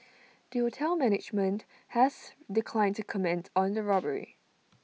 the hotel's management has declined to comment on the robbery